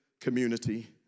community